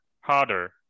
harder